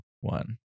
one